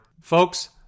Folks